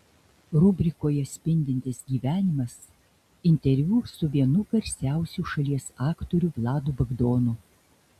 rubrikoje spindintis gyvenimas interviu su vienu garsiausių šalies aktorių vladu bagdonu